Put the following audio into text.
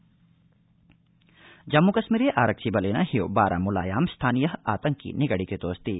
जम्मूकश्मीर आतंकि निगडनम् जम्मुकश्मीरे आरक्षिबलेन ह्यो बारामुलायां स्थानीयः आतंकी निगडीकृतोऽस्ति